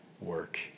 work